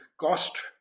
cost